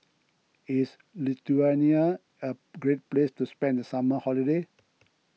is Lithuania a great place to spend the summer holiday